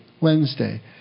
Wednesday